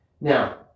Now